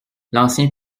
l’ancien